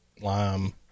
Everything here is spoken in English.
lime